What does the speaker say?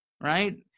right